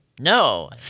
No